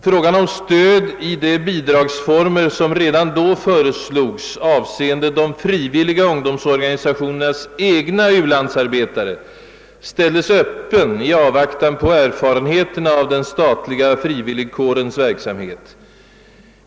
Frågan om stöd i bidragsformer, som redan då föreslogs beträffande de frivilliga ungdomsorganisationernas egna u-landsarbetare, ställdes öppen i avvaktan på erfarenheterna av den statliga frivilligkårens verksamhet.